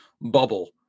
bubble